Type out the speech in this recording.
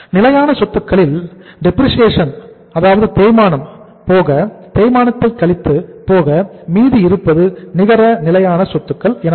நிலையான சொத்துக்களில் டெப்ரிசியேசன் அதாவது தேய்மானத்தை கழித்தது போக மீதி இருப்பது நிகர நிலையான சொத்துக்கள் எனப்படும்